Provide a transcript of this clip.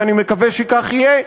ואני מקווה שכך יהיה,